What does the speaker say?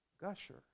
gusher